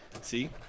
See